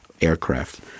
aircraft